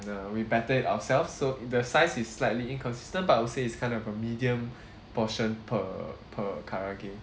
uh we batter it ourselves so the size is slightly inconsistent but I would say it's kind of a medium portion per per kaarage